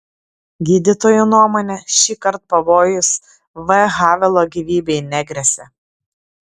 gydytojų nuomone šįkart pavojus v havelo gyvybei negresia